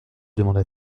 demanda